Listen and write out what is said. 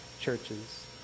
churches